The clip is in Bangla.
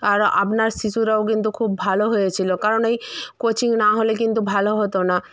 আর আপনার শিশুরাও কিন্তু খুব ভালো হয়েছিলো কারণ এই কোচিং নাহলে কিন্তু ভালো হতো না